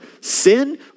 sin